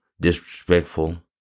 Disrespectful